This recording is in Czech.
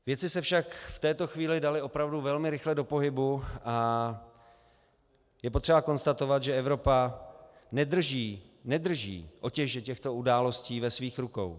Věci se však v této chvíli daly opravdu velmi rychle do pohybu a je potřeba konstatovat, že Evropa nedrží otěže těchto událostí ve svých rukou.